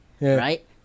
right